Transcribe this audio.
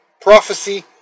prophecy